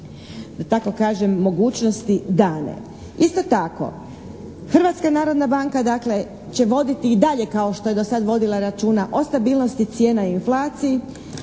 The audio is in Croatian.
da tako kažem, mogućnosti dane. Isto tako, Hrvatska narodna banka, dakle, će voditi i dalje kao što je do sada vodila računa o stabilnosti cijena i inflaciji